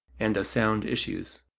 and a sound issues.